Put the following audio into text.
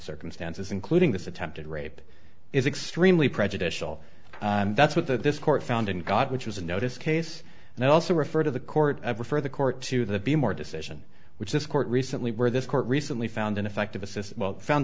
circumstances including this attempted rape is extremely prejudicial and that's what the this court found and got which was a notice case and also referred to the court refer the court to the be more decision which this court recently where this court recently found ineffective assistance found